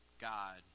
God